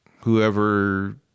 whoever